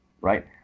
right